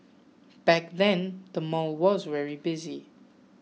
back then the mall was very busy